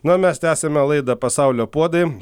na o mes tęsiame laidą pasaulio puodai